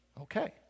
Okay